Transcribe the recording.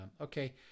Okay